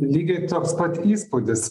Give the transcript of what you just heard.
lygiai toks pat įspūdis